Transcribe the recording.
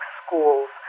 schools